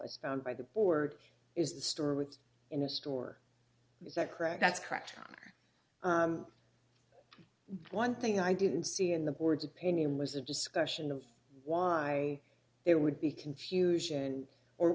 is found by the board is the store was in a store is that correct that's correct one thing i didn't see in the board's opinion was a discussion of why there would be confusion or